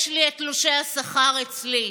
יש לי את תלושי השכר אצלי.